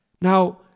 Now